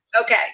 Okay